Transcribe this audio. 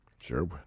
sure